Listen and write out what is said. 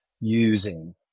using